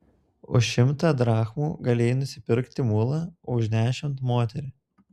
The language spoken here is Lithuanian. už šimtą drachmų galėjai nupirkti mulą o už dešimt moterį